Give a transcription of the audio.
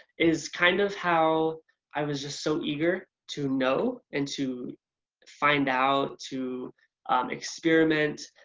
is kind of how i was just so eager to know and to find out, to um experiment,